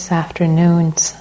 afternoon's